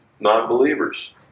non-believers